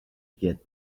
get